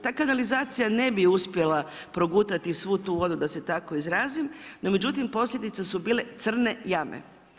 Ta kanalizacija ne bi uspjela progutati svu ti vodu, da se tako izrazim, no međutim posljedice su bile crne jame.